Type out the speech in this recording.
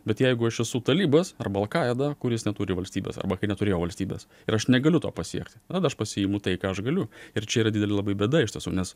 bet jeigu aš esu talibas arba al kaida kuris neturi valstybės arba kai neturėjo valstybės ir aš negaliu to pasiekti aš pasiimu tai ką aš galiu ir čia yra didelė labai bėda iš tiesų nes